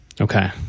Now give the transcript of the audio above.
Okay